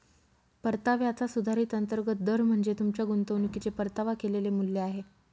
परताव्याचा सुधारित अंतर्गत दर म्हणजे तुमच्या गुंतवणुकीचे परतावा केलेले मूल्य आहे